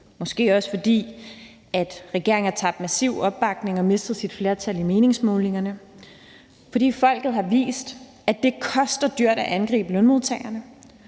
måske også fordi regeringen massivt har tabt opbakning og mistet sit flertal i meningsmålingerne, fordi folket har vist, at det koster dyrt at angribe lønmodtagerne;